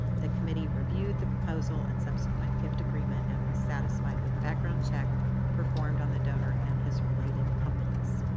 the committee reviewed the proposal and subsequent gift agreement and was satisfied with the background check performed on the donor and his related companies.